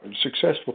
successful